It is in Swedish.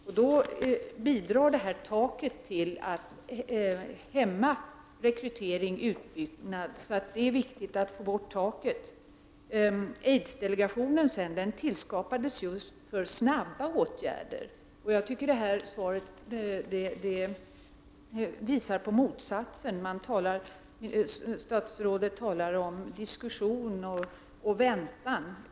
Taket bidrar till att hämma rekryteringen och utbyggnaden. Det är viktigt att få bort taket. Aidsdelegationen tillskapades för snabba åtgärder. Jag tycker att det här svaret visar på motsatsen. Statsrådet talar om diskussion och väntan.